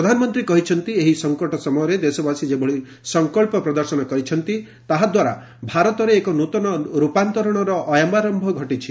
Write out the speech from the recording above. ପ୍ରଧାନମନ୍ତ୍ରୀ କହିଛନ୍ତି ଏହି ସଙ୍କଟ ସମୟରେ ଦେଶବାସୀ ଯେଭଳି ସଙ୍କଚ୍ଚ ପ୍ରଦର୍ଶନ କରିଛନ୍ତି ତାହାଦ୍ୱାରା ଭାରତରେ ଏକ ନ୍ବତନ ରୂପାନ୍ତରଣର ଅୟମାର୍ୟ ଘଟିଛି